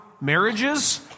marriages